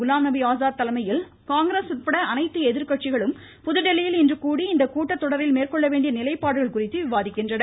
குலாம்நபி ஆசாத் தலைமையில் காங்கிரஸ் உட்பட அனைத்து எதிர்கட்சிகளும் புதுதில்லியில் இன்று இக்கூட்டத்தொடரில் மேற்கொள்ள வேண்டிய நிலைப்பாடுகள் குறித்து கூடி விவாதிக்கின்றன